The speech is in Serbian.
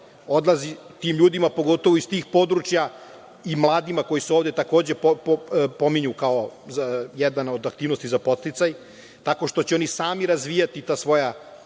odlazi tim ljudima, pogotovo iz tih područja i mladima koji se ovde takođe pominju kao jedan od aktivnosti za podsticaj, tako što će oni sami razvijati ta svoja